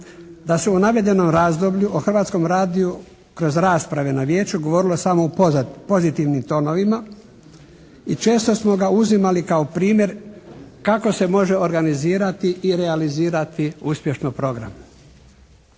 da se u navedenom razdoblju o Hrvatskom radiju kroz rasprave na Vijeću govorilo samo u pozitivnim tonovima i često smo ga uzimali kao primjer kako se može organizirati i realizirati uspješno program.